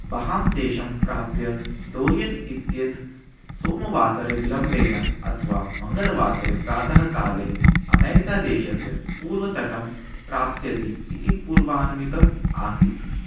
बहां देशं प्राप्य डोरियन् इत्येतत् सोमवासरे विलम्बेन अथवा मङ्गलवासरे प्रातः काले अमेरिकादेशस्य पूर्वतटं प्राप्स्यति इति पूर्वानुमितम् आसीत्